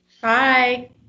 Bye